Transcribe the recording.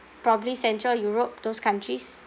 probably central europe those countries